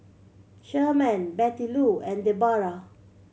Sherman Bettylou and Debora